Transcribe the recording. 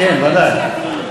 כן, ודאי.